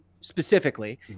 specifically